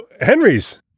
Henry's